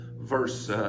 verse